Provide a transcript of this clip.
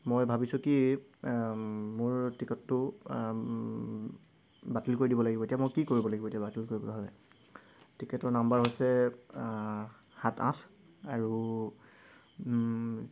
মই ভাবিছোঁ কি মোৰ টিকটটো বাতিল কৰি দিব লাগিব এতিয়া মই কি কৰিব লাগিব এতিয়া বাতিল কৰিবলে হয় টিকেটৰ নাম্বাৰ হৈছে সাত আঠ আৰু